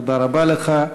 תודה רבה לך.